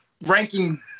ranking